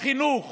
החינוך